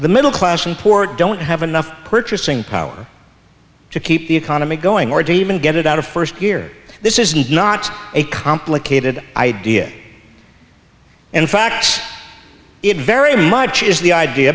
the middle class and poor don't have enough purchasing power to keep the economy going or do even get it out of first year this is not a complicated idea in fact it very much is the idea